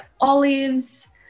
olives